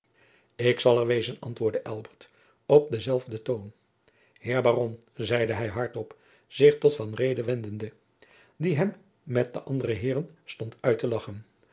ik zal er wezen antwoordde elbert op denzelfden toon heer baron zeide hij hard-op zich tot van reede wendende die hem met de andere heeren stond uit te lagchen